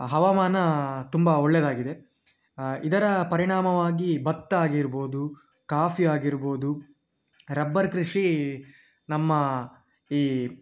ಹವಾಮಾನ ತುಂಬ ಒಳ್ಳೆಯದಾಗಿದೆ ಇದರ ಪರಿಣಾಮವಾಗಿ ಭತ್ತ ಆಗಿರ್ಬೋದು ಕಾಫಿ ಆಗಿರ್ಬೋದು ರಬ್ಬರ್ ಕೃಷಿ ನಮ್ಮ ಈ